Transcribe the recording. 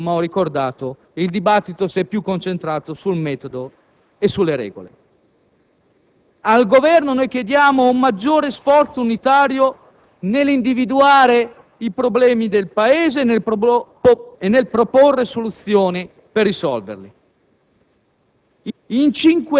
Oggi, in effetti, come ho ricordato, il dibattito si è più concentrato sul metodo e sulle regole. Al Governo chiediamo un maggior sforzo unitario nell'individuare i problemi del Paese e nel proporre soluzioni per risolverli.